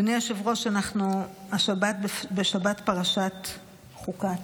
אדוני היושב-ראש, אנחנו השבת בפרשת חוקת.